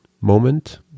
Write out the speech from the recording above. moment